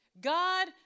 God